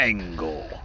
Angle